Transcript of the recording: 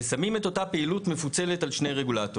ושמים את אותה פעילות מפוצלת על ידי שני רגולטורים.